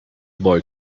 boy